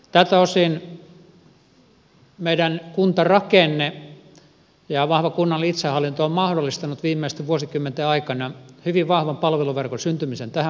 tältä osin meidän kuntarakenne ja vahva kunnallinen itsehallinto on mahdollistanut viimeisten vuosikymmenten aikana hyvin vahvan palveluverkon syntymisen tähän maahan